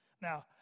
Now